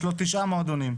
יש לו תשעה מועדונים.